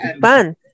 fun